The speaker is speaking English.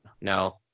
No